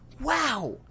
wow